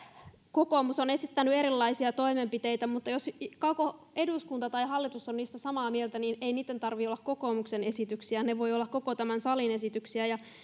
kokoomus on esittänyt erilaisia toimenpiteitä mutta jos koko eduskunta tai hallitus on niistä samaa mieltä niin ei niitten tarvitse olla kokoomuksen esityksiä ne voivat olla koko tämän salin esityksiä